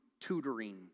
tutoring